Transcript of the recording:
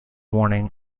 warning